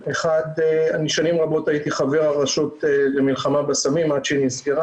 אני שנים רבות הייתי חבר הרשות למלחמה בסמים עד שהיא נסגרה,